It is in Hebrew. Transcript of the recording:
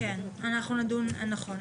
נכון.